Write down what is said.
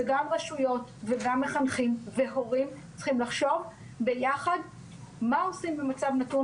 וגם רשויות וגם מחנכים והורים צריכים לחשוב ביחד מה עושים במצב נתון